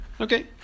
okay